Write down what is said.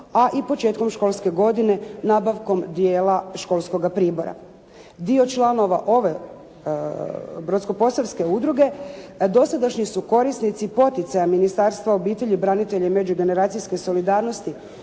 a i početkom školske godine nabavkom dijela školska pribora. Dio članova ove Brodsko-posavske udruge dosadašnji su korisnici poticaja Ministarstva obitelj, branitelja i međugeneracijske solidarnosti